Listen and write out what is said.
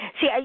see